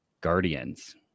Guardians